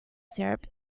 syrup